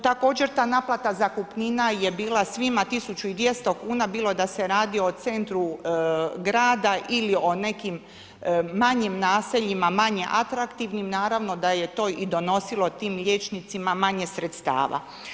Također ta naplata zakupnina je bila svima 1200 kn bilo da se radi o centru grada ili o nekim manje naseljima manje atraktivnim, naravno da je to i donosilo tim liječnicima manje sredstava.